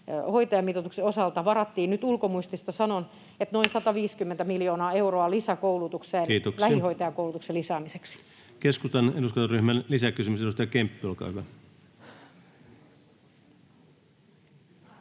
hoitajamitoituksen osalta varattiin — nyt ulkomuistista sanon — noin 150 miljoonaa euroa lisäkoulutukseen lähihoitajakoulutuksen lisäämiseksi. Kiitoksia. — Keskustan eduskuntaryhmän lisäkysymys, edustaja Kemppi, olkaa hyvä.